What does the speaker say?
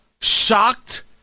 shocked